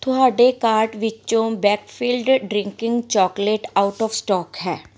ਤੁਹਾਡੇ ਕਾਰਟ ਵਿੱਚੋਂ Wakefield drinking chocolate out of stock ਹੈ